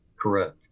Correct